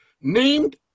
named